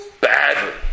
badly